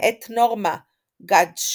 מאת נורמה גאטג'-סמית